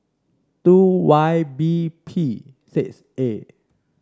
two Y B P six A